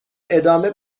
ادامه